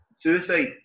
suicide